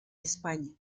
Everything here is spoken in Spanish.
españa